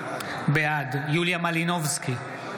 בעד יוליה מלינובסקי,